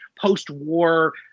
post-war